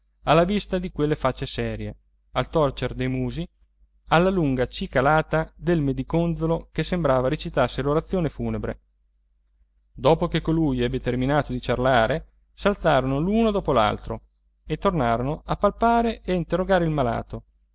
alla vista di quelle facce serie al torcer dei musi alla lunga cicalata del mediconzolo che sembrava recitasse l'orazione funebre dopo che colui ebbe terminato di ciarlare s'alzarono l'uno dopo l'altro e tornarono a palpare e a interrogare il malato